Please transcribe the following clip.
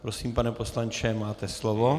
Prosím, pane poslanče, máte slovo.